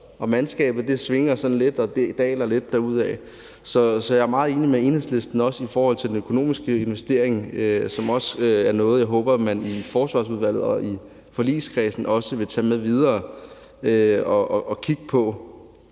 til mandskabet svinger lidt, og at det daler lidt derudad. Så jeg er også meget enig med Enhedslisten i forhold til den økonomiske investering, og jeg håber også, at er noget, man i Forsvarsudvalget og i forligskredsen vil tage med videre og kigge på.